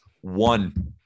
One